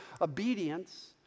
obedience